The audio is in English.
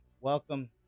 welcome